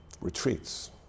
Retreats